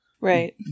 Right